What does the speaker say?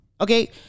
Okay